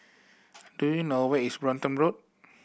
do you know where is Brompton Road